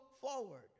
forward